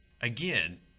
again